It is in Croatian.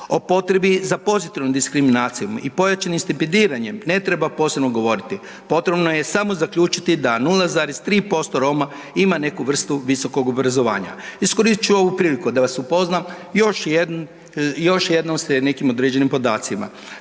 O potrebi za pozitivnom diskriminacijom i pojačanim stipendiranjem ne treba posebno govoriti, potrebno je samo zaključiti da 0,3% Roma ima neku vrstu visokog obrazovanja. Iskoristit ću ovu priliku da vas upoznam još jednom, još jednom s nekim određenim podacima.